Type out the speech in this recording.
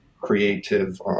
creative